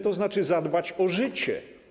To znaczy zadbać o życie.